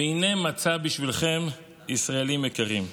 והינה מצע בשבילכם, ישראלים יקרים: